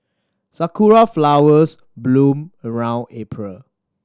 sakura flowers bloom around April